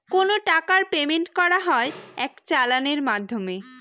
কোনো টাকার পেমেন্ট করা হয় এক চালানের মাধ্যমে